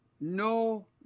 no